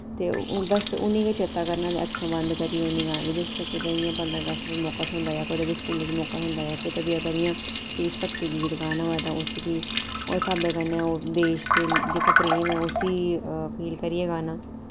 ते हून बस उनें ई गै चेत्ता करना ते अक्खियां बंद करियै उनें गाना ते जिसलै कुतै इ'यां पंदरा अगस्त पर मौका थ्होंदा जां कुतै बी स्कूलै च मौका थ्होंदा जां कुतै बी अगर इ'यां देशभक्ति गीत गाना होऐ तां उस्सी फ्ही उस स्हाबे कन्नै ओह् देश दे जेह्का प्रेम ऐ उस्सी फील करियै गाना